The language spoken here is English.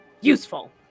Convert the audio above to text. useful